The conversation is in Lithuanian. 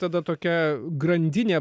tada tokia grandinė